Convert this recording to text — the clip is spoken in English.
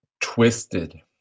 Twisted